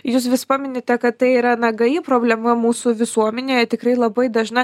jūs vis paminite kad tai yra na gaji problema mūsų visuomenėje tikrai labai dažna